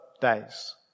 days